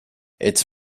its